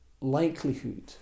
likelihood